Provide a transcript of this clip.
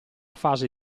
fase